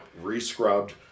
re-scrubbed